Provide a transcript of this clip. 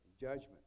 judgment